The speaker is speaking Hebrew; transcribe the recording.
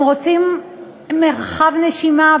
הם רוצים מרחב נשימה,